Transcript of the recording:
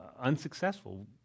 unsuccessful